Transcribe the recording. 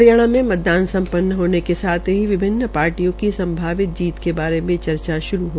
हरियाणा में मतदान संप्नन हामे के साथ ही विभिन्न पार्टियों की संभावित जीत के बारे में चर्चा श्रू है